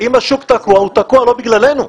אם השוק תקוע, הוא תקוע לא בגללנו.